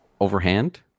overhand